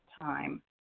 time